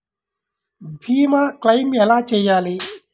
భీమ క్లెయిం ఎలా చేయాలి?